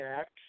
act